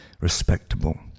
Respectable